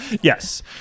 Yes